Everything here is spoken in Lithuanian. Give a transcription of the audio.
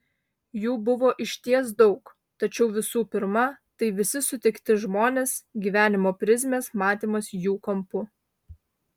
jų buvo išties daug tačiau visų pirma tai visi sutikti žmonės gyvenimo prizmės matymas jų kampu